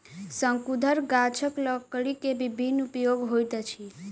शंकुधर गाछक लकड़ी के विभिन्न उपयोग होइत अछि